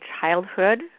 childhood